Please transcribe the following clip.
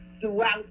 throughout